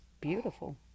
beautiful